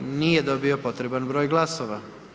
Nije dobio potreban broj glasova.